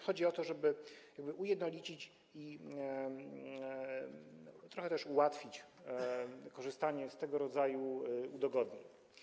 Chodzi o to, żeby ujednolicić i trochę też ułatwić korzystanie z tego rodzaju udogodnień.